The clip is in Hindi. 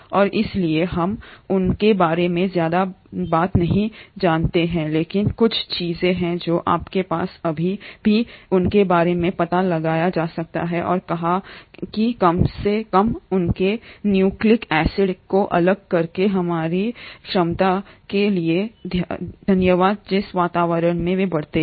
और इसलिए हम उनके बारे में ज्यादा नहीं जानते हैं लेकिन कुछ चीजें हैं जो आपके पास अभी भी हैं उनके बारे में पता लगाया और कहा कि कम से कम उनके न्यूक्लिक एसिड को अलग करने की हमारी क्षमता के लिए धन्यवाद जिस वातावरण में वे बढ़ते हैं